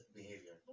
behavior